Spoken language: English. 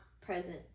present